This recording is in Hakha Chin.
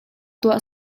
tuah